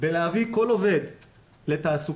בלהביא כל עובד לתעסוקה,